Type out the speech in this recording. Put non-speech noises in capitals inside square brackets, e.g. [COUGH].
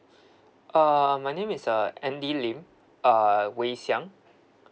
[BREATH] uh my name is uh andy lim wei xiang